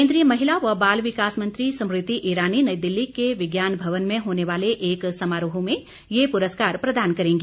केंद्रीय महिला व बाल विकास मंत्री स्मृति ईरानी नई दिल्ली के विज्ञान भवन में होने वाले एक समारोह में ये पुरस्कार प्रदान करेंगी